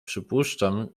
przypuszczam